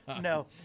no